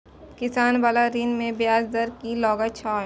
किसान बाला ऋण में ब्याज दर कि लागै छै?